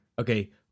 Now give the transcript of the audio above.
Okay